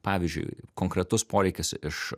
pavyzdžiui konkretus poreikis iš